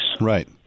Right